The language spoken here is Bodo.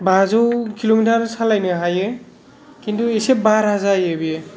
बाजौ किल'मिटार सालायनो हायो खिन्थु एसे बारा जायो बेयो